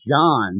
John